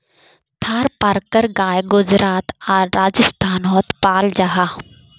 थारपारकर गाय गुजरात आर राजस्थानोत पाल जाहा